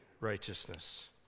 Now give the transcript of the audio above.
righteousness